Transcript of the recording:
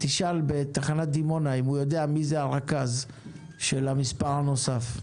ותשאל בתחנת דימונה אם הוא יודע מי הרכז של המספר הנוסף.